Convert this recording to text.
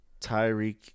Tyreek